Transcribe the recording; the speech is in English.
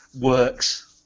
works